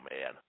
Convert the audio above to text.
man